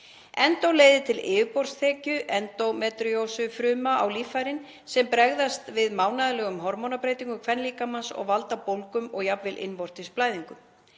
Endó leiðir til yfirborðsþekju endómetríósufrumna á líffærin sem bregðast við mánaðarlegum hormónabreytingum kvenlíkamans og valda bólgum og jafnvel innvortis blæðingum.